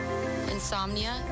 insomnia